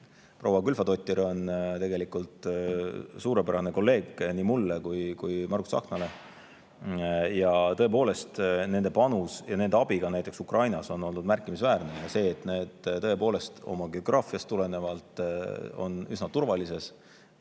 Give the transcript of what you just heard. Proua Gylfadóttir on tegelikult suurepärane kolleeg nii mulle kui Margus Tsahknale. Ja tõepoolest, nende panus ja nende abi ka näiteks Ukrainale on olnud märkimisväärne. See, et nad tõepoolest oma geograafiast tulenevalt on üsna turvalises